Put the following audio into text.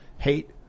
Hate